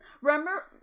remember